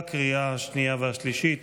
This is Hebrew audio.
התקבלה בקריאה השנייה והשלישית,